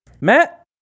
Matt